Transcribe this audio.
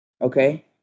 Okay